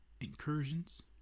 incursions